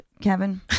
Kevin